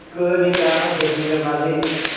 کوئی بھی کام ہو دیکھنے کے بعد ہی